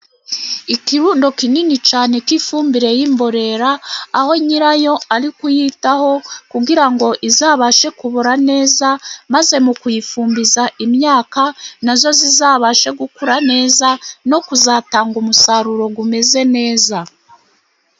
Ikirundo kinini cyane k'ifumbire y'imborera, aho nyirayo ari kuyitaho, kugira ngo izabashe kubora neza, maze mu kuyifumbiza imyaka nayo izabashe gukura neza, no kuzatanga umusaruro umeze neza.